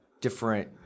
different